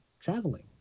traveling